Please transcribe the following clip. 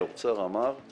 האוצר אומר,